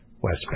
West